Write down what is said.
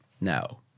No